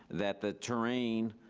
that the terrain